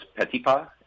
Petipa